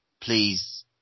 please